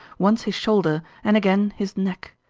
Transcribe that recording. once his shoulder, and again his neck.